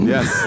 Yes